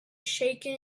shaken